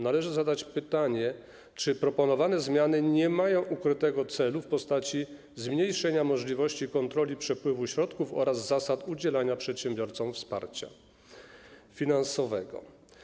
Należy zadać pytanie: Czy proponowane zmiany nie mają ukrytego celu w postaci zmniejszenia możliwości kontroli przepływu środków oraz zasad udzielania przedsiębiorcom wsparcia finansowego?